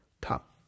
top